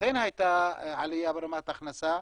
אכן הייתה עלייה ברמת ההכנסה,